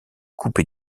coupé